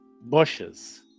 bushes